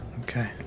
okay